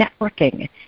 networking